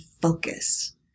focus